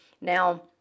Now